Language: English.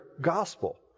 gospel